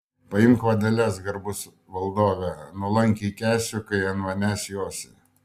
paimk vadeles garbus valdove nuolankiai kęsiu kai ant manęs josi